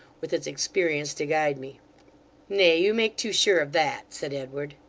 with its experience to guide me nay, you make too sure of that said edward.